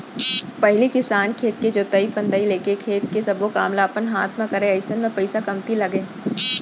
पहिली किसान खेत के जोतई फंदई लेके खेत के सब्बो काम ल अपन हाते म करय अइसन म पइसा कमती लगय